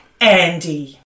Andy